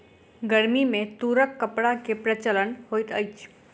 गर्मी में तूरक कपड़ा के प्रचलन होइत अछि